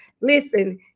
Listen